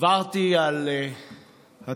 עברתי על התוכנית,